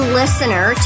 listener